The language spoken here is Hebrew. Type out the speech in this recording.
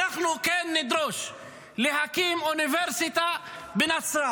אנחנו נדרוש להקים אוניברסיטה בנצרת